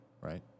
right